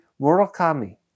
Murakami